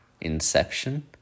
Inception